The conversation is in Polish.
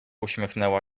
uśmiechnęła